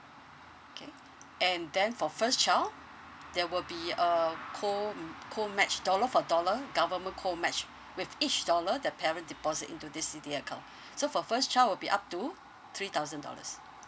okay and then for first child there will be a co m~ co match dollar for dollar government co match with each dollar the parent deposit into this C_D_A account so for first child will be up to three thousand dollars